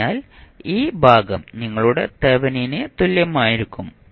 അതിനാൽ ഈ ഭാഗം നിങ്ങളുടെ തെവെനിന് തുല്യമായിരിക്കും